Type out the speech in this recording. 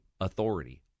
authority